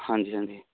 ਹਾਂਜੀ ਹਾਂਜੀ